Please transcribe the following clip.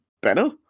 better